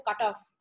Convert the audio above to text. cutoff